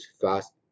fast